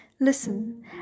Listen